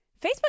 Facebook